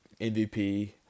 MVP